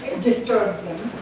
destroyed